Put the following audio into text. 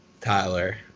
Tyler